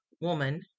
woman